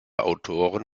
autoren